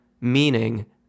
Meaning